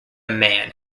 man